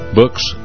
books